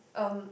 um